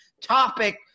topic